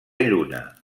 lluna